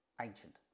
ancient